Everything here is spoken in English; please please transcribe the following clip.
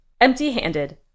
Empty-handed